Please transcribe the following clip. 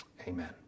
amen